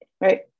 right